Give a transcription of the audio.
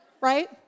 right